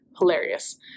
hilarious